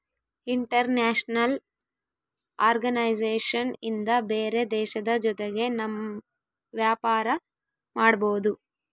international organisation ಇಂದ ಬೇರೆ ದೇಶದ ಜೊತೆಗೆ ನಮ್ ವ್ಯಾಪಾರ ಮಾಡ್ಬೋದು